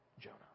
Jonah